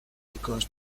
because